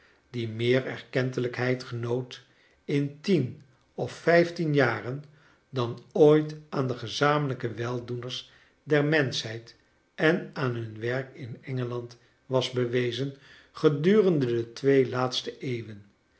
die meer rkentelijkheid genoot in tien of vijftien jaren dan ooit aan de gezamenlijke weldoeners der menschheid en aan hun werk in engeland was bewezen gedurende de twee laatste eeuwen